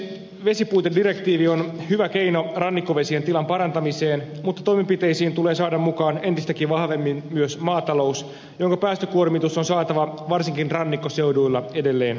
vesipuitedirektiivi on hyvä keino rannikkovesien tilan parantamiseen mutta toimenpiteisiin tulee saada mukaan entistäkin vahvemmin myös maatalous jonka päästökuormitus on saatava varsinkin rannikkoseuduilla edelleen vähenemään